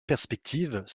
perspectives